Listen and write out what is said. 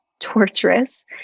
Torturous